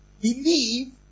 believe